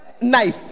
Knife